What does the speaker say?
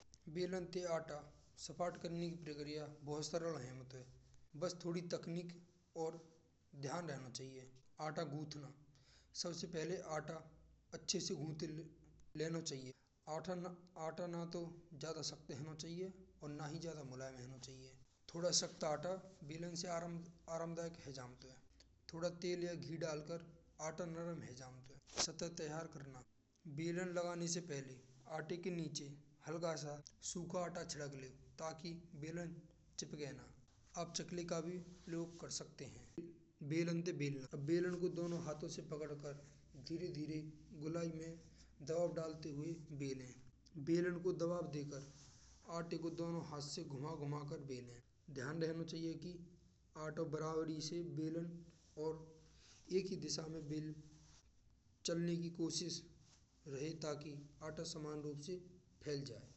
बेलन ते आटा सपाट करने की प्रक्रिया बहुत सरल रहमत है। बस थोड़ी तकनीक और ध्यान रखना चाहिए, आटा गुंथना। सबसे पहले आटा अच्छो गुंथ लेना चाहिए। आटो ना तो ज्यादा सख्त होना चाहिए, ना ज्यादा मुलायम होना चाहिए। बेलन थिएटर स्पॉट करने की प्रक्रिया बहुत सरल रहमत। बस थोड़ी सी और ध्यान रखना चाहिए। थोड़ा सख्त आटा बेलन ते आरामदायक है जमत हैं। थोड़ा तेल या घी डालकर आटा नरम है जमत हैं। स्ततः त्यार करनो: लगाने से पहले आते के नीचे हल्का सा सूखा आटा लगा लें। ताकि बेलेंस चिपक सके ना आप चकली का भी प्रयोग कर सकें। बेलन के बेला बेलन को दोनों हाथों से पकड़ कर धीरे-धीरे गोलाई में दवा डालते हुए बेले बेलन को दबाव देकर पार्टी को दोनों हाथ से घुमा घुमा कर देना चाहिए। की कला बराबरी से बेलन और एक ही दिशा में चलाने की कोशिश रहे। ताकि आटा समान फैल जाए।